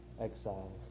exiles